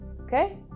okay